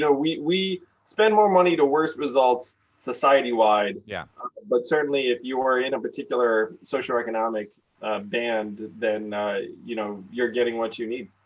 so we we spend more money to worse results society-wide. yeah but certainly if you are in a particular socioeconomic band, then you know you're getting what you need.